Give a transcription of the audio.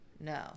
No